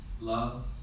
love